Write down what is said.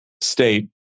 state